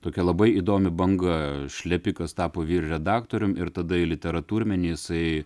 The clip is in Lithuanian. tokia labai įdomi banga šlepikas tapo vyr redaktorium ir tada į literatūrminį jisai